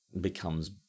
becomes